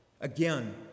Again